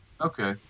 Okay